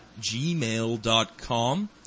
gmail.com